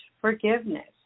forgiveness